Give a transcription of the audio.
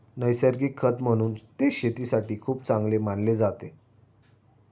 नैसर्गिक खत म्हणून ते शेतीसाठी खूप चांगले मानले जाते